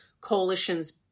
coalitions